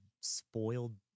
spoiled